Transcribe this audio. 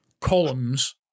columns